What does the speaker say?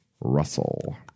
Russell